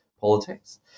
politics